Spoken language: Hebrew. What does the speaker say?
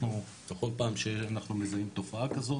אנחנו בכל פעם שאנחנו מזהים תופעה כזאת